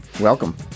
Welcome